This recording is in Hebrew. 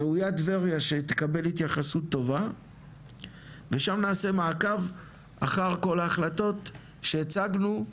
עיריית טבריה שתקבל התייחסות טובה ושם נעשה מעקב אחר כל ההחלטות שהצגנו,